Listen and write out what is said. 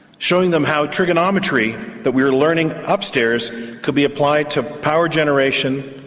showing them how trigonometry that we were learning upstairs could be applied to power generation,